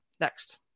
next